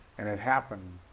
and it happened